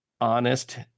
honest